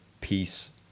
peace